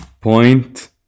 point